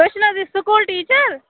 تُہۍ چھِ نہ حظ یہ سکول ٹیٖچر